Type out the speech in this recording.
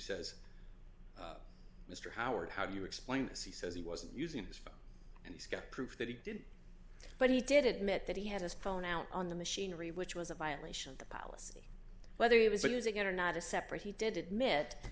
mr howard how do you explain this he says he wasn't using his phone and he's got proof that he didn't but he did admit that he had his pronoun on the machinery which was a violation of the policy whether he was using it or not a separate he did admit